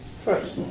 First